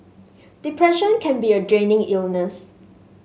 depression can be a draining illness